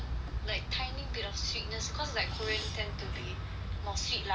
tiny bit of sweetness cause like korean tend to be more sweet like that